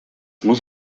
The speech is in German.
muss